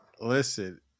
listen